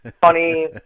funny